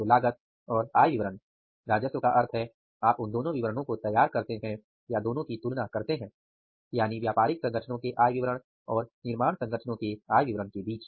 तो लागत और आय विवरण राजस्व का अर्थ है आप उन दोनों विवरणों को तैयार करते हैं या दोनों की तुलना करते हैंयानि व्यापारिक संगठनों के आय विवरण और निर्माण संगठनों के आय विवरण के बीच